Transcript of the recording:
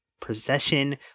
possession